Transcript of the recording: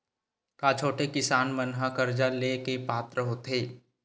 का छोटे किसान मन हा कर्जा ले के पात्र होथे?